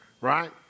right